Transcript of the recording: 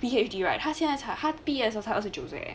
P_H_D right 他现在才他毕业才二十九岁 leh